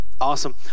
awesome